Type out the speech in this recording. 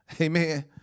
Amen